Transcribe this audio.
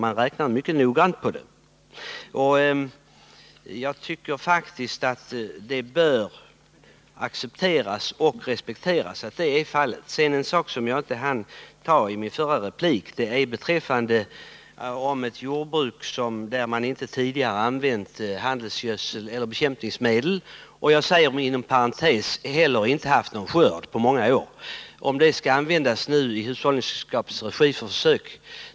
Man räknar mycket noggrant på detta, och jag tycker faktiskt att det bör accepteras och respekteras. En sak som jag inte hann ta upp i min förra replik är frågan om ett jordbruk, där man inte tidigare har använt bekämpningsmedel — och inte heller har haft någon skörd på många år —, nu skall användas av hushållningssällskapet för försök.